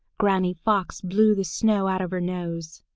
granny fox blew the snow out of her nose.